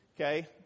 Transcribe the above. okay